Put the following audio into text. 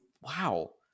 Wow